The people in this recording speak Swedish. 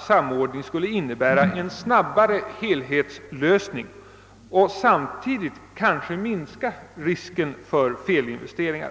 samordning skulle innebära en snabbare helhetslösning. Samtidigt skulle risken för felinvesteringar kanske minska.